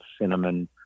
Cinnamon